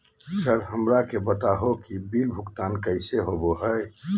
Sir हमरा के बता हो कि बिल भुगतान कैसे होबो है?